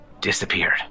disappeared